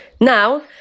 Now